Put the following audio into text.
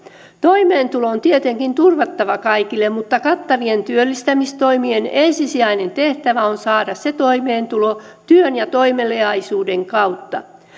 toimeentulo on tietenkin turvattava kaikille mutta kattavien työllistämistoimien ensisijainen tehtävä on saada se toimeentulo työn ja toimeliaisuuden kautta